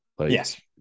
Yes